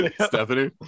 Stephanie